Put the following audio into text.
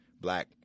black